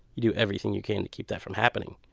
you do everything you can to keep that from happening.